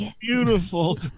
beautiful